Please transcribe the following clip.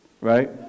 Right